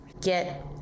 get